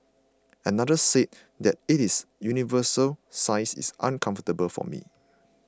another said that it is universal size is uncomfortable for me